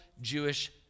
Jewish